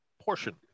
portion